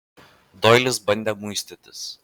doilis bandė muistytis